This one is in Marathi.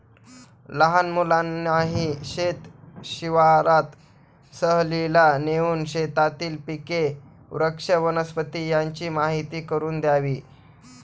लहान मुलांनाही शेत शिवारात सहलीला नेऊन शेतातील पिके, वृक्ष, वनस्पती यांची माहीती करून द्यावी